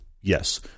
yes